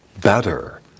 better